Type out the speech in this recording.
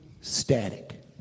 static